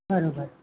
बरोबर